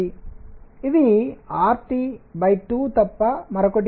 ఇది RT 2 తప్ప మరొకటి కాదు